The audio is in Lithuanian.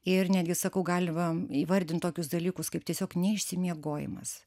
ir netgi sakau gali va įvardint tokius dalykus kaip tiesiog neišsimiegojimas